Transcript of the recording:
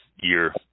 year